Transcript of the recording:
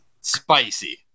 Spicy